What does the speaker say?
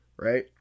right